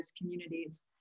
communities